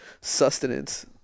Sustenance